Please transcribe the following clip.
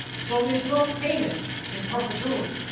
so, there is no payment in perpetuity.